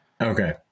Okay